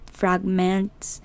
fragments